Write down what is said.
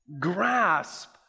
grasp